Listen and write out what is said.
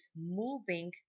moving